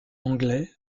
anglais